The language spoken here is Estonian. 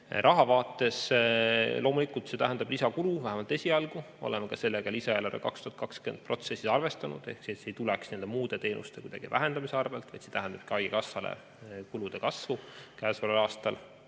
Raha vaates loomulikult see tähendab lisakulu, vähemalt esialgu. Oleme sellega ka lisaeelarve 2022 protsessis arvestanud, et see ei tuleks muude teenuste vähendamise arvel, vaid see tähendab ka haigekassale kulude kasvu käesoleval aastal.